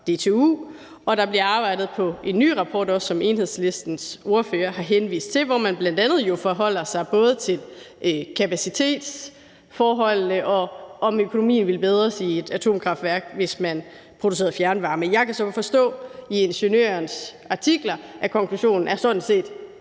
DTU, og der bliver arbejdet på en ny rapport, som også Enhedslistens ordfører henviste til, hvor man jo bl.a. forholder sig både til kapacitetsforholdene og til, om økonomien vil bedres i et atomkraftværk, hvis man producerede fjernvarme. Jeg kan så forstå på artikler i Ingeniøren, at konklusionen sådan set